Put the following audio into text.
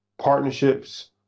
partnerships